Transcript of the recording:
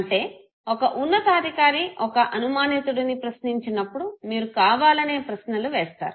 అంటే ఒక ఉన్నతాధికారి ఒక అనుమానితుడుని ప్రశ్నించినప్పుడు మీరు కావాలనే ప్రశ్నలు వేస్తారు